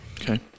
Okay